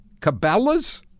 Cabela's